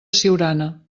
siurana